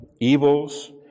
Evils